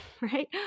right